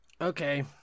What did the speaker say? Okay